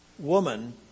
Woman